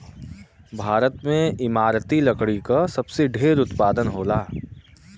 भारत में इमारती लकड़ी क सबसे ढेर उत्पादन होला